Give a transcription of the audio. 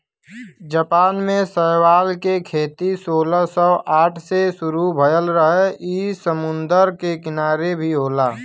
Japan में शैवाल के खेती सोलह सौ साठ से शुरू भयल रहे इ समुंदर के किनारे भी होला